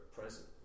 present